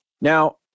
now